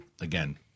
again